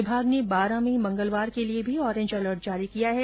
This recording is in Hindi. विभाग ने बारा में मंगलवार के लिए भी ऑरेंज अलर्ट जारी किया है